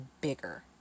bigger